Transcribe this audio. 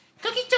Cookie